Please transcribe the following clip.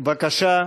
בבקשה.